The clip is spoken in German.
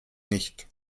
nicht